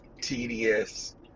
tedious